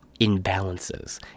imbalances